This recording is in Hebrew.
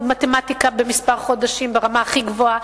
מתמטיקה בכמה חודשים ברמה הכי גבוהה,